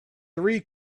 three